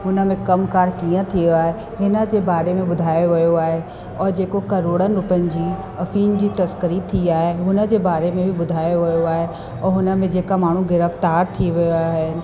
उनमें कमु कार कीअं थियो आहे हिनजे बारे में ॿुधायो वियो आहे और जेको करोड़नि रुपयनि जी अफ़ीम जी तस्करी थी आहे हुनजे बारे में बि ॿुधायो वियो आहे और हुनमें जेका माण्हू गिरफ़्तार थी विया आहिनि